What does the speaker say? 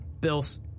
Bills